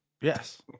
Yes